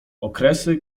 okresy